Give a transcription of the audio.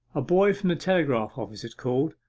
a boy from the telegraph-office had called,